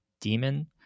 demon